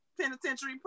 penitentiary